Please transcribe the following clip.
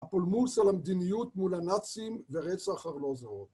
הפולמוס על המדיניות מול הנאצים ורצח ארלוזרוב.